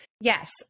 Yes